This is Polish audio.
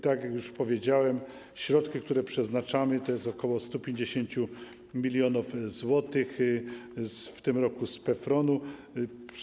Tak jak już powiedziałem, środki, które przeznaczamy, to jest ok. 150 mln zł w tym roku z PFRON-u.